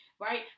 right